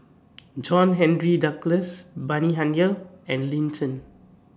John Henry Duclos Bani Haykal and Lin Chen